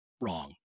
wrong